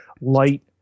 light